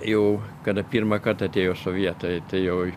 jau kada pirmą kartą atėjo sovietai tai jau